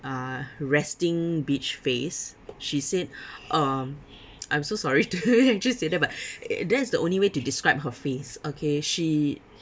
uh resting bitch face she said um I'm so sorry to say that but uh that is the only way to describe her face okay she